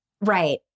Right